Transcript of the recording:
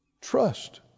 Trust